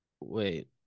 wait